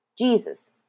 Jesus